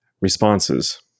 responses